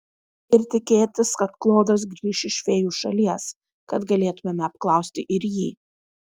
ir tikėtis kad klodas grįš iš fėjų šalies kad galėtumėme apklausti ir jį